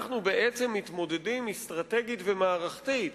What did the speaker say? אנחנו בעצם מתמודדים אסטרטגית ומערכתית